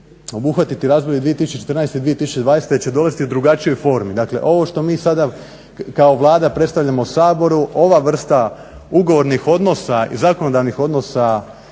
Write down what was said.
obuhvatiti razdoblje 2014-2020 će dovesti u drugačijoj formi. Dakle, ovo što mi sada kao Vlada predstavljamo Saboru, ova vrsta ugovornih odnosa i zakonodavnih odnosa